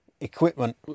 Equipment